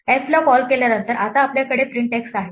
f ला call केल्यानंतर आता आपल्याकडे प्रिंट x आहे